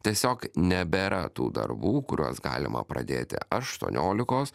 tiesiog nebėra tų darbų kuriuos galima pradėti aštuoniolikos